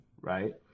right